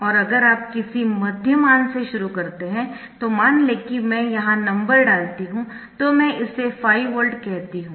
और अगर आप किसी मध्य मान से शुरू करते है तो मान लें कि मैं यहां नंबर डालती हूं तो मैं इसे 5 वोल्ट कहती हूं